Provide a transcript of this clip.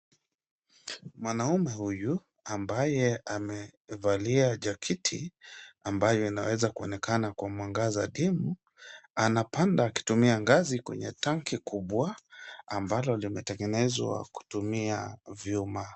Mwanaume huyu ambaye amevalia jakiti ambayo inaweza kuonekana kwa mwangaza dimu. Anapanda akitumia ngazi kwenye tanki kubwa ambalo lime tengenezwa kutumia vyuma.